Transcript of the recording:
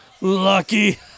Lucky